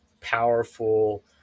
powerful